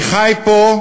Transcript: אני חי פה,